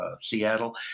Seattle